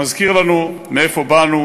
מזכיר לנו מאיפה באנו,